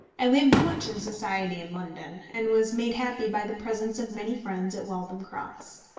i lived much in society in london, and was made happy by the presence of many friends at waltham cross.